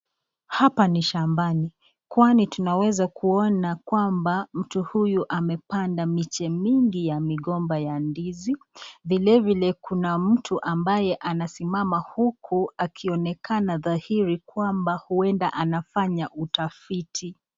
Hapa ni shambani. Kwani tunaweza kuona kwamba mtu huyu amepanda miche mingi ya migomba ya ndizi. Vile vile kuna mtu ambaye anasimama huku akionekana dhahiri kwamba huenda anafanya utafiti.